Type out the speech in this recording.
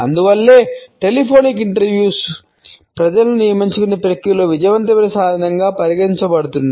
అందువల్లనే టెలిఫోనిక్ ఇంటర్వ్యూలు ప్రజలను నియమించుకునే ప్రక్రియలో విజయవంతమైన సాధనంగా పరిగణించబడుతున్నాయి